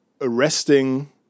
arresting